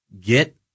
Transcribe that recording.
get